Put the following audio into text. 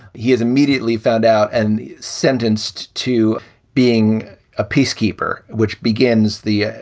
he has immediately found out and sentenced to being a peacekeeper, which begins the.